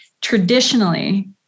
traditionally